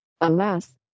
Alas